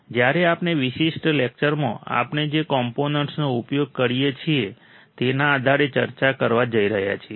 જ્યારે આપણે આ વિશિષ્ટ લેક્ચરમાં આપણે જે કોમ્પોનેન્ટ્સ નો ઉપયોગ કરીએ છીએ તેના આધારે ચર્ચા કરવા જઈ રહ્યા છીએ